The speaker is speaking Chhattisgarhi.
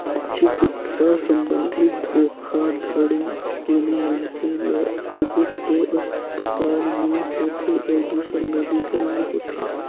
चिकित्सा संबंधी धोखाघड़ी कोनो मइनसे ल एगोट दो असपताल में होथे अउ दूसर मेडिकल में होथे